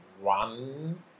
One